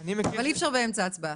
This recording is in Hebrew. אבל אי אפשר באמצע ההצבעה,